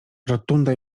rotunda